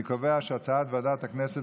אני קובע שהצעת ועדת הכנסת